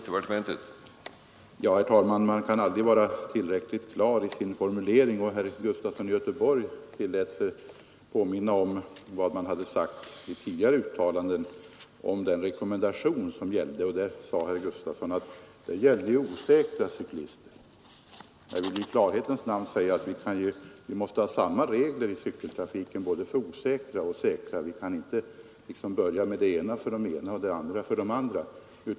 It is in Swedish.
Herr talman! Man kan tydligen aldrig bli tillräckligt klar i sin formulering. Herr Gustafson i Göteborg tillät sig påminna om vad som sagts i tidigare uttalanden som avsåg en rekommendation. Där gällde det osäkra cyklister, sade herr Gustafson. Men då vill jag i klarhetens namn säga att vi måste ha samma regler i cykeltrafiken för osäkra som för säkra cyklister. Vi kan inte börja att införa en sorts regler för den ena kategorin och andra regler för den andra.